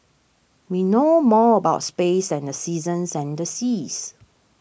we know more about space than the seasons and the seas